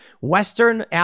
Western